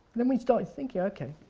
then we started thinking, ok.